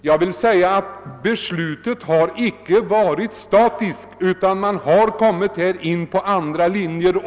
Trafikpolitiken har alltså icke varit statisk, utan man har slagit in på andra linjer.